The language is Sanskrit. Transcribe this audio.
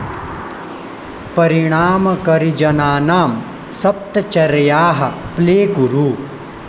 परिणामकरिजनानां सप्तचर्याः प्ले कुरु